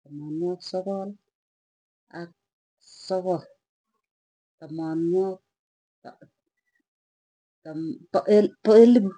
tamanwagik sogol ak sogol, tamanwak ta ta elipu.